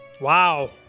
Wow